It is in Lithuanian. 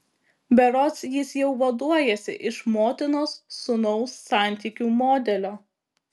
berods jis jau vaduojasi iš motinos sūnaus santykių modelio